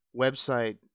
website